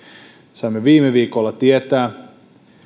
saimme viime viikolla tietää